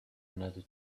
another